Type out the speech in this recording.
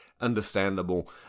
understandable